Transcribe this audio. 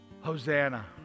Hosanna